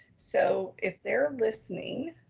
so if they're listening,